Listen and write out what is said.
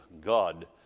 God